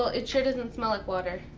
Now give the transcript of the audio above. it sure doesn't smell like water.